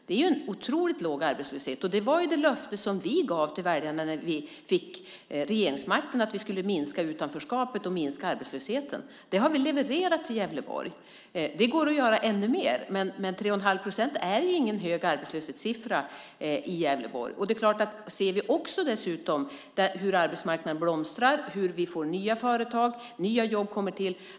Det är en otroligt låg arbetslöshet. Det löfte som vi gav till väljarna när vi fick regeringsmakten var att vi skulle minska utanförskapet och arbetslösheten. Det har vi levererat till Gävleborg. Det går att göra ännu mer, men 3 1⁄2 procent är ingen hög arbetslöshetssiffra i Gävleborg. Vi ser nu hur arbetsmarknaden blomstrar, hur vi får nya företag och hur nya jobb kommer till.